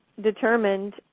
determined